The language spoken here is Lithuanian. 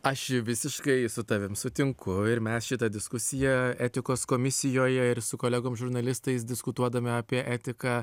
aš visiškai su tavim sutinku ir mes šitą diskusiją etikos komisijoje ir su kolegom žurnalistais diskutuodami apie etiką